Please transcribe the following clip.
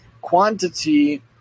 quantity